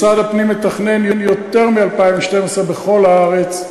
משרד הפנים מתכנן יותר מב-2012 בכל הארץ,